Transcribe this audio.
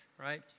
right